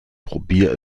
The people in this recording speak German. probier